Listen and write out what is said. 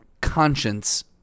conscience